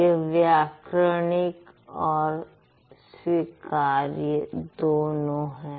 यह व्याकरणिक और स्वीकार्य दोनों है